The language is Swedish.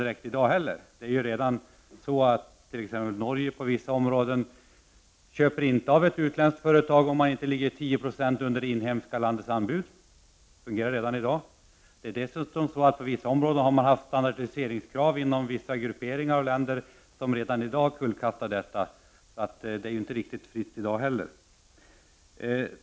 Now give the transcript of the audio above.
Norge köper på vissa områden inte av ett utländskt företag, om det inte ligger 10 20 under de inhemska företagens anbud. Den ordningen fungerar redan i dag. Vissa ländergrupperingar har dessutom inom en del områden standardiseringskrav som kullkastar frihandeln.